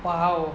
!wow!